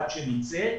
עד שנצא,